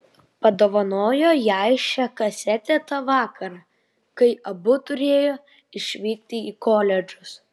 padovanojo jai šią kasetę tą vakarą kai abu turėjo išvykti į koledžus